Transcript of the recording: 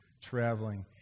traveling